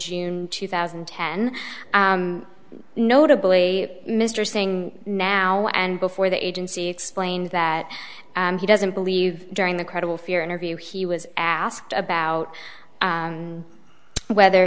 june two thousand and ten notably mr saying now and before the agency explains that he doesn't believe during the credible fear interview he was asked about whether